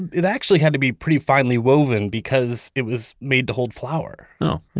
it actually had to be pretty finely woven because it was made to hold flour oh,